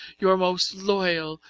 your most loyall,